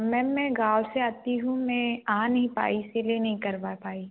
ma'am मैं गाँव से आती हूँ मैं आ नहीं पाई इसीलिए नहीं करवा पाई